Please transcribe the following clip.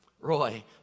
Roy